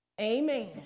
Amen